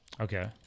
Okay